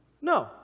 No